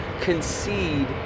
concede